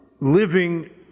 living